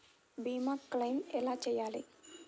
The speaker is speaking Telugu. భీమ క్లెయిం ఎలా చేయాలి?